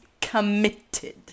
committed